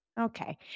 Okay